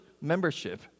membership